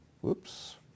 Whoops